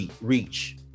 reach